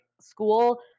school